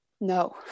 No